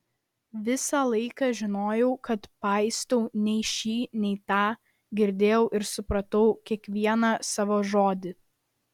visą laiką žinojau kad paistau nei šį nei tą girdėjau ir supratau kiekvieną savo žodį